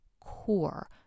core